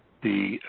the